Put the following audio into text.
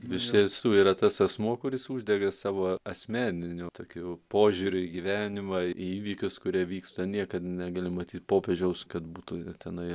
iš tiesų yra tas asmuo kuris uždega savo asmeniniu tokiu požiūriu į gyvenimą į įvykius kurie vyksta niekad negali matyt popiežiaus kad būtų tenai